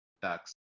tax